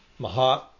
Mahat